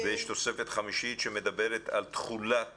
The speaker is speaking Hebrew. יש תוספת חמישית שמדברת על תכולת